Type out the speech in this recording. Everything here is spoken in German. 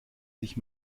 sich